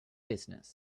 business